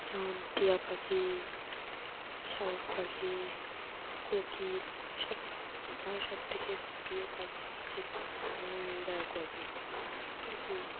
যেমন টিয়া পাখি শালিক পাখি কোকিল সব আমার সবথেকে প্রিয় পাখি হচ্ছে ময়ূর আর কোকিল আর কি